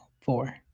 four